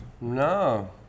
no